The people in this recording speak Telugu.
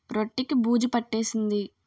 రొట్టె కి బూజు పట్టేసింది